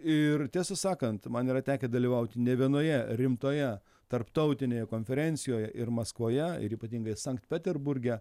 ir tiesą sakant man yra tekę dalyvauti ne vienoje rimtoje tarptautinėje konferencijoje ir maskvoje ir ypatingai sankt peterburge